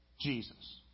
Jesus